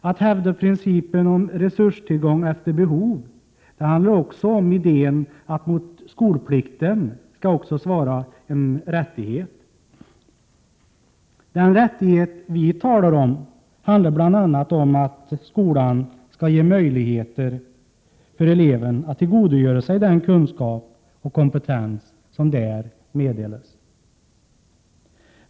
Att hävda principen om resurstillgång efter behov handlar också om idén att mot skolplikten skall svara en rättighet. Den rättighet vi talar om är bl.a. att skolan skall ge möjligheter för eleverna att tillgodogöra sig den kunskap och kompetens som där meddelas.